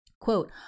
quote